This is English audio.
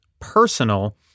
personal